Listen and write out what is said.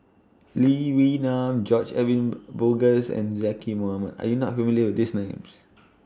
Lee Wee Nam George Edwin Bogaars and Zaqy Mohamad Are YOU not familiar with These Names